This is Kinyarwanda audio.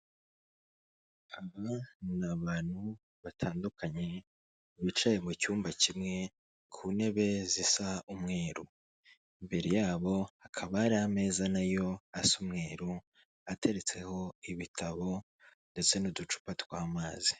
Aba ni abantu batandukanye, bicaye mu cyumba kimwe, ku ntebe zisa umweru. Imbere yabo, hakaba hari ameza na yo asa umweru, ateretseho ibitabo ndetse n'uducupa tw'amazi.